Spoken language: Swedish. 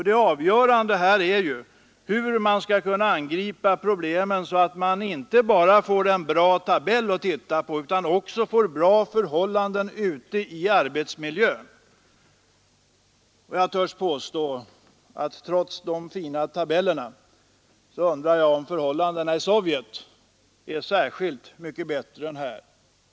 Det avgörande är hur man skall kunna angripa problemen, så att man inte bara får en bra tabell utan också en bra arbetsmiljö. Trots de fina tabellerna undrar jag om förhållandena i Sovjet är särskilt mycket bättre än här.